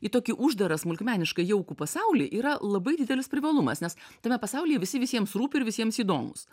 į tokį uždarą smulkmenišką jaukų pasaulį yra labai didelis privalumas nes tame pasaulyje visi visiems rūpi ir visiems įdomūs